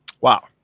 Wow